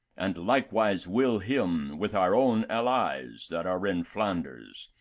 and likewise will him, with our own allies that are in flanders,